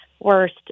Worst